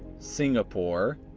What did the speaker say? singapore,